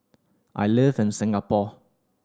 I live in Singapore